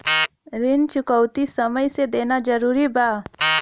ऋण चुकौती समय से देना जरूरी बा?